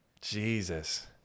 Jesus